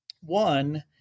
One